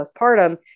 postpartum